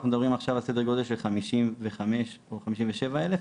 אנחנו מדברים עכשיו על סדר גודל של 55 או 57 אלף,